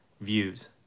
views